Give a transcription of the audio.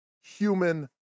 human